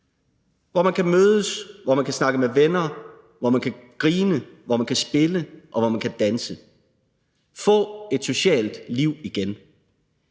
hvor man kan mødes, hvor man kan snakke med venner, hvor man kan grine, hvor man kan spille, hvor man kan danse – få et socialt liv igen.